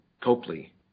Copley